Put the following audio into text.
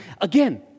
Again